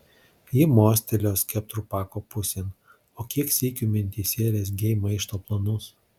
ji mostelėjo skeptru pako pusėn o kiek sykių mintyse rezgei maišto planus